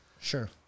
Sure